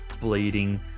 bleeding